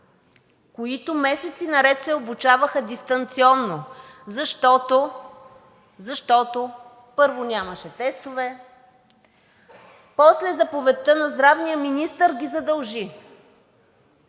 които месеци наред се обучаваха дистанционно, защото, първо, нямаше тестове, после заповедта на здравния министър ги задължи.